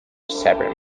separate